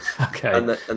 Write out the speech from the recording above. Okay